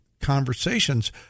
conversations